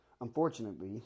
unfortunately